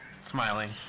smiling